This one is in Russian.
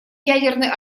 ядерный